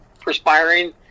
perspiring